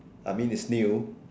I mean it's new